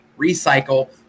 recycle